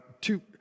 two